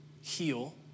heal